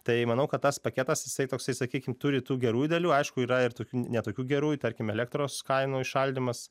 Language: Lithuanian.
tai manau kad tas paketas jisai toksai sakykim turi tų gerųjų dalių aišku yra ir tokių ne tokių gerų tarkim elektros kainų įšaldymas